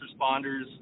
responders